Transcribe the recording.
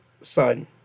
son